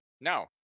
No